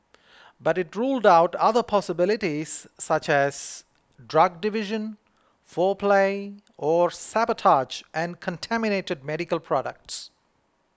but it ruled out other possibilities such as drug diversion foul play or sabotage and contaminated medical products